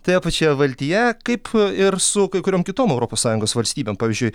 toje pačioje valtyje kaip ir su kai kuriom kitom europos sąjungos valstybėm pavyzdžiui